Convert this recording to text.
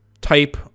type